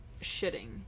shitting